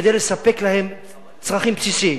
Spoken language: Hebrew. כדי לספק להם צרכים בסיסיים.